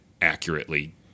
accurately